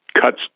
cuts